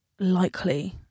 likely